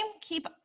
Keep